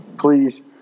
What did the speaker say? Please